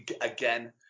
again